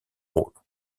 rôle